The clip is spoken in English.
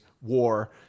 war